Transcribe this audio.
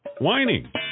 whining